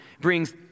brings